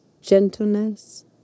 gentleness